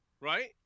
right